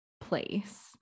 place